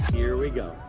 here we go,